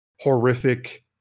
horrific